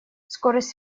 скорость